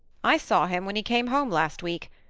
i saw him when he came home last week,